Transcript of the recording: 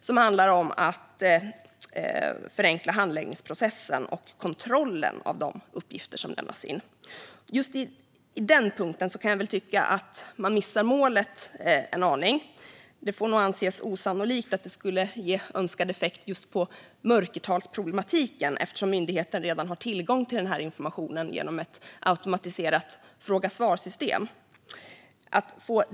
Det handlar om att förenkla handläggningsprocessen och kontrollen av de uppgifter som lämnas in. Just på denna punkt kan jag tycka att man missar målet en aning. Det får nog anses osannolikt att detta skulle ge önskad effekt just på mörkertalsproblematiken eftersom myndigheten redan har tillgång till denna information genom ett automatiserat fråga-svar-system.